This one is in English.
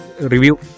review